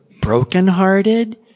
brokenhearted